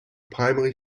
primary